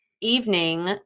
evening